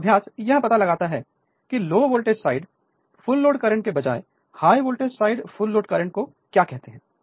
यह अभ्यास यह पता लगाता है कि low voltage side full load current के बजाय high voltage side full load current को क्या कहते हैं